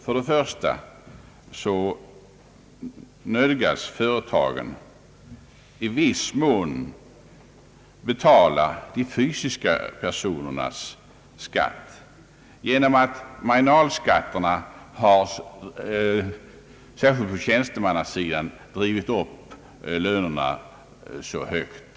Företagen måste nämligen i viss mån betala de fysiska personernas skatt genom att marginalskatterna — särskilt på tjänstemannasidan — drivit upp lönerna så högt.